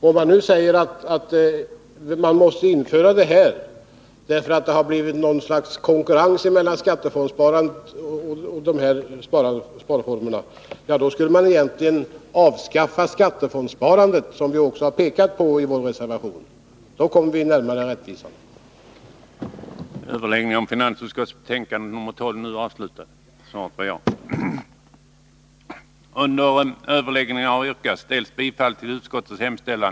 Om man nu säger att man måste införa den här sparformen därför att det har blivit. något slags konkurrens mellan skattefondssparandet och de här sparformerna, skulle man väl egentligen avskaffa skattefondssparandet — vilket vi också har pekat på i vår reservation. Då skulle vi komma rättvisan närmare.